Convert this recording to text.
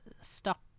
stop